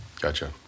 Gotcha